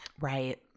right